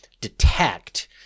detect